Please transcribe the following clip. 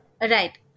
Right